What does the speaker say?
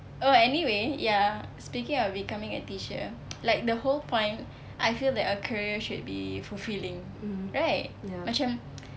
oh anyway ya speaking of becoming a teacher like the whole point I feel that a career should be fulfilling right macam